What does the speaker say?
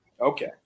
Okay